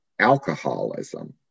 alcoholism